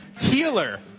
Healer